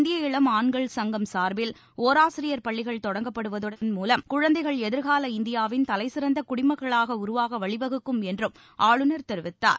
இந்திய இளம் ஆண்கள் சங்கம் சார்பில் ஒராசிரியர் பள்ளிகள் தொடங்கப்படுவதன் மூலம் குழந்தைகள் எதி்கால இந்தியாவின் தலைசிறந்த குடிமக்களாக உருவாக வழிவகுக்கும் என்றும் ஆளுநர் தெரிவித்தார்